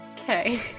Okay